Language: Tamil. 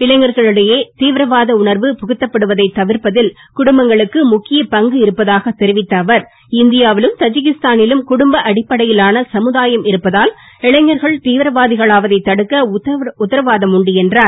இளைஞர்களிடையே தீவிரவாத உணர்வு புகுத்தப்படுவதை தவிர்ப்பதில் குடும்பங்களுக்கு முக்கிய பங்கு இருப்பதாக தெரிவித்த அவர் இந்தியாவிலும் தஜிகிஸ்தானிலும் குடும்ப அடிப்படையிலான சமுதாயம் இருப்பதால் இளைஞர்கள் தீவிரவாதிகளாவதை தடுக்க உத்தரவாதம் உண்டு என்றார்